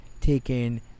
taken